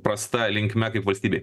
prasta linkme kaip valstybei